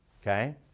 okay